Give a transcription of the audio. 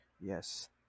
Yes